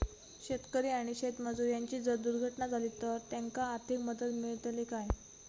शेतकरी आणि शेतमजूर यांची जर दुर्घटना झाली तर त्यांका आर्थिक मदत मिळतली काय?